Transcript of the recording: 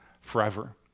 forever